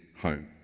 home